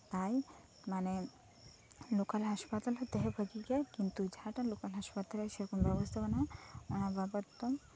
ᱟᱨ ᱢᱟᱱᱮ ᱞᱳᱠᱟᱞ ᱦᱟᱸᱥᱯᱟᱛᱟᱞ ᱦᱚᱸ ᱛᱟᱦᱮᱸ ᱵᱷᱟᱜᱤ ᱜᱮᱭᱟ ᱠᱤᱱᱛᱩ ᱡᱟᱦᱟᱸᱴᱷᱮᱱ ᱞᱳᱠᱟᱞ ᱦᱟᱸᱥᱯᱟᱛᱟᱞ ᱨᱮ ᱥᱮ ᱨᱚᱠᱚᱢ ᱵᱮᱵᱚᱥᱛᱟ ᱵᱟ ᱱᱩᱜᱼᱟ ᱟᱯᱟ ᱛᱚᱛᱚ